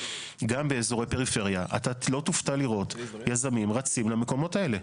גם באזורי פריפריה אתה לא תופתע לראות יזמים רצים למקומות האלה.